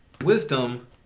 Wisdom